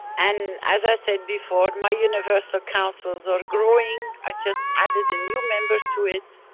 and as i said before my universal councils are growing i just added a new member to it.